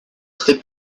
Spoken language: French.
très